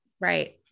right